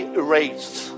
erased